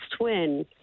twin